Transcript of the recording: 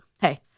hey